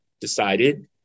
decided